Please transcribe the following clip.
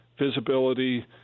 visibility